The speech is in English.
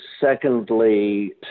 secondly